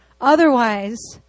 Otherwise